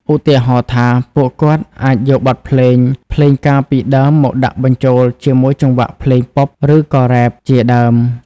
ឧទាហរណ៍ថា ពួកគាត់អាចយកបទភ្លេងភ្លេងការពីដើមមកដាក់បញ្ចូលជាមួយចង្វាក់ភ្លេងប៉ុប ឬក៏រ៉េប ជាដើម។